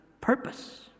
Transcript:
purpose